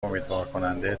امیدوارکننده